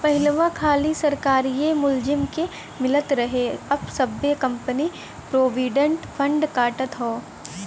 पहिलवा खाली सरकारिए मुलाजिम के मिलत रहे अब सब्बे कंपनी प्रोविडेंट फ़ंड काटत हौ